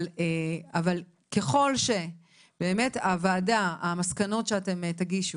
אבל ככל שבאמת הוועדה, המסקנות שאתם תגישו,